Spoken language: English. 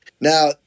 Now